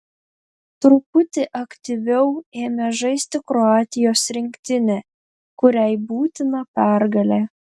truputį aktyviau ėmė žaisti kroatijos rinktinė kuriai būtina pergalė